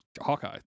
hawkeye